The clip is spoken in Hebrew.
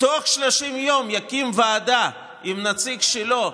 ובתוך 30 יום יקים ועדה עם נציג שלו,